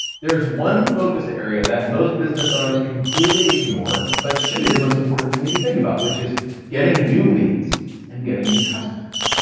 there's one focus area that most business owners completely ignore but should be the most important thing that you think about which is getting new leads and getting new customers.